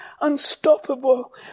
unstoppable